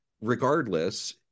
regardless